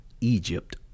Egypt